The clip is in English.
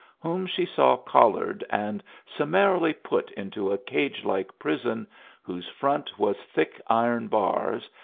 whom she saw collared and summarily put into a cage-like prison whose front was thick iron bars,